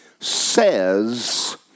says